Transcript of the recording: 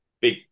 big